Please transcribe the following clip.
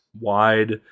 Wide